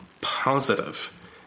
positive